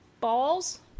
balls